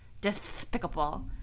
despicable